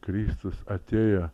kristus atėjo